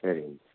சரிங்க